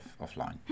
offline